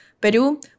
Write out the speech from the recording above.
Peru